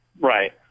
Right